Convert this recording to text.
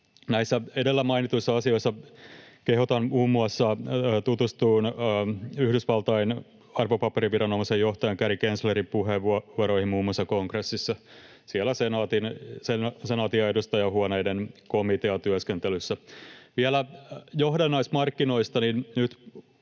Näissä edellä mainituissa asioissa kehotan muun muassa tutustumaan Yhdysvaltain arvopaperiviranomaisen johtajan Gary Genslerin puheenvuoroihin muun muassa kongressissa, siellä senaatin ja edustajainhuoneen komiteatyöskentelyssä. Vielä johdannaismarkkinoista